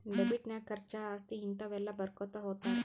debit ನಾಗ್ ಖರ್ಚಾ, ಆಸ್ತಿ, ಹಿಂತಾವ ಎಲ್ಲ ಬರ್ಕೊತಾ ಹೊತ್ತಾರ್